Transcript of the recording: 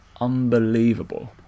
Unbelievable